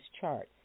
charts